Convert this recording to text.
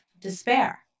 despair